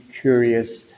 curious